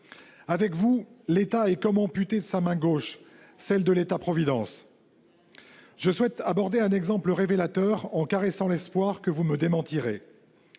Avec vous, l'État est comme amputé de sa main gauche, celle de l'État-providence. Je souhaite aborder un exemple révélateur, en caressant l'espoir que vous me démentirez.